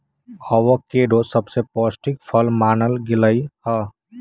avocado सबसे पौष्टिक फल मानल गेलई ह